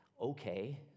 okay